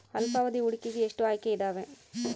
ಅಲ್ಪಾವಧಿ ಹೂಡಿಕೆಗೆ ಎಷ್ಟು ಆಯ್ಕೆ ಇದಾವೇ?